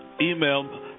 email